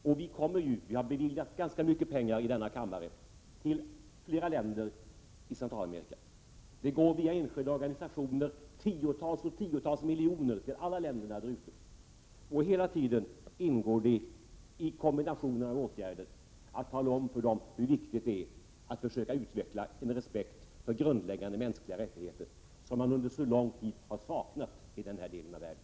Vi har i denna kammare beviljat rätt mycket pengar till flera länder i Centralamerika. Det går tiotals miljoner kronor till alla länder där via enskilda organisationer, och hela tiden ingår det i kombinationen av åtgärder att tala om för dem hur viktigt det är att försöka utveckla en respekt för grundläggande mänskliga rättigheter, som under så lång tid har saknats i denna del av världen.